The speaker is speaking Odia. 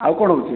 ଆଉ କଣ ହେଉଛି